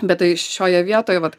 bet tai šioje vietoj vat